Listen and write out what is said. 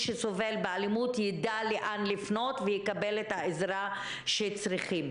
שסובל מאלימות ידע לאן לפנות ויקבל את העזרה שצריך.